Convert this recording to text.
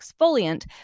exfoliant